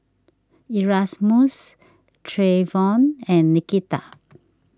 Erasmus Treyvon and Nikita